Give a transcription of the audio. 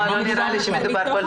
לא נראה לי שמדובר על הצבא.